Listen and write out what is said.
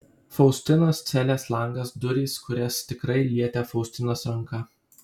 faustinos celės langas durys kurias tikrai lietė faustinos ranka